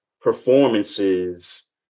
performances